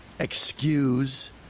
Excuse